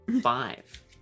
five